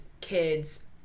kids